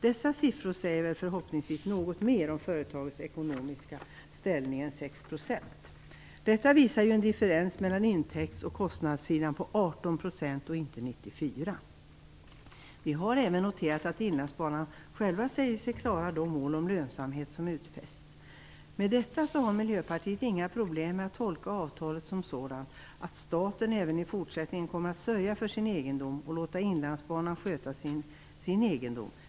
Dessa siffror säger förhoppningsvis något mer om företagets ekonomiska ställning än siffran 6 %. Det visar en differens mellan intäkts och kostnadssidan på 18 % och inte på 94 %. Vi har även noterat att man från Inlandsbanans sida säger sig klara de mål om lönsamhet som har utfästs. Med detta har Miljöpartiet inga problem med att tolka avtalet som sådant, dvs. att staten även i fortsättningen kommer att sörja för sin egendom och låta Inlandsbanan sköta sin egendom.